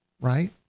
Right